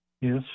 Yes